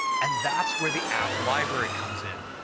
and that's where the app library comes in.